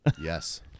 Yes